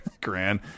Grand